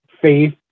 faith